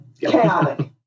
Chaotic